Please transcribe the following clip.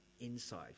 inside